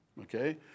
Okay